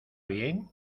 bien